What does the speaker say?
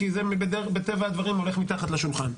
כי זה בטבע הדברים הולך מתחת לשולחן,